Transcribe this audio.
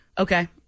Okay